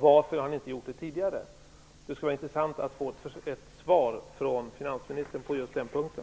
Varför har ni inte gjort det tidigare? Det skulle vara intressant att få ett svar från finansministern på just den punkten.